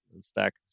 stack